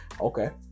Okay